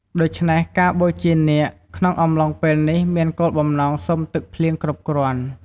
ដូច្នេះ ការបូជានាគក្នុងអំឡុងពេលនេះមានគោលបំណងសុំទឹកភ្លៀងគ្រប់គ្រាន់។